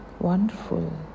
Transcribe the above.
Wonderful